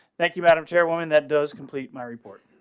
thank you, madam chairwoman, that does complete my report.